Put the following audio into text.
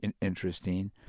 interesting